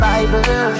Bible